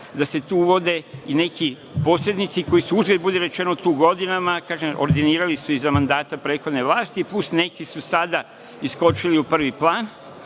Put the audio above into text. da se tu uvode i neki posrednici koji su uzgred budi rečeno tu godinama, kažem, ordinirali su iza mandata prethodne vlasti, plus neki su sada iskočili u prvi plan